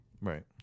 Right